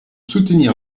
soutenir